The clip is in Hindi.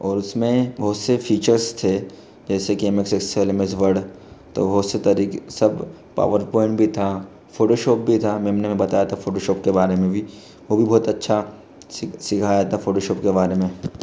और उस में बहुस से फ़ीचर्स थे जैसे कि M S Excel M S Word तो बहुत से तरीक़े से सब पावरपॉइंट भी था फ़ोटोशॉप भी था मेेम ने हमें बताया था फ़ोटोशॉप के बारे में भी वो भी बहुत अच्छा सिख सिखाया था फ़ोटोशॉप के बारे में